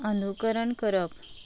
अनुकरण करप